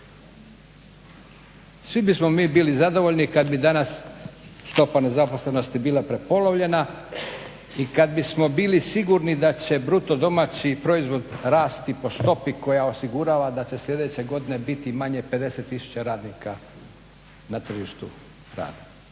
Svi bismo mi bili zadovoljni kada bi danas stopa nezaposlenosti bila prepolovljena i kad bismo bili sigurni da će bruto domaći proizvod rasti po stopi koja osigurava da će sljedeće godine biti manje 50 tisuća radnika na tržištu rada.